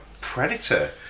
Predator